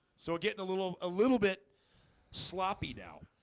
so getting a little a little bit sloppy now,